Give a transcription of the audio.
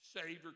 Savior